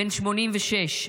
בן 86,